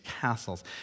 castles